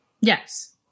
Yes